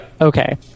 Okay